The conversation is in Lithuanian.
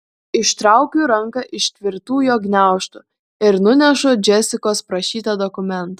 ištraukiu ranką iš tvirtų jo gniaužtų ir nunešu džesikos prašytą dokumentą